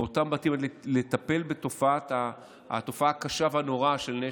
מאותם בתים, לטפל בתופעה הקשה והנוראה של נשק.